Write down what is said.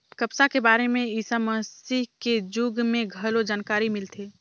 कपसा के बारे में ईसा मसीह के जुग में घलो जानकारी मिलथे